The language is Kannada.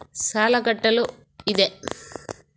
ಸಾಲ ಕಟ್ಟಲು ಇದೆ